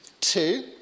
Two